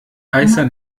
heißer